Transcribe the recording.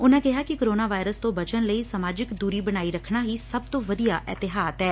ਉਨੂਾ ਕਿਹਾ ਕਿ ਕੋਰੋਨਾ ਵਾਇਰਸ ਤੋਂ ਬਚਣ ਲਈ ਸਮਾਜਿਕ ਦੂਰੀ ਬਣਾਈ ਰੱਖਣਾ ਹੀ ਸਭ ਤੋਂ ਵਧੀਆ ਅਹਤਿਆਤ ਐ